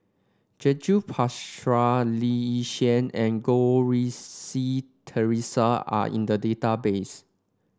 Judith Prakash Lee Yi Shyan and Goh Rui Si Theresa are in the database